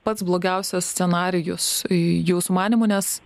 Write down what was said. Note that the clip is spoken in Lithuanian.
pats blogiausias scenarijus jūsų manymu nes